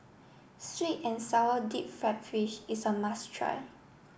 Sweet and Sour Deep Fried Fish is a must try